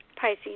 Pisces